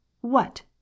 What